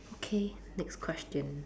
okay next question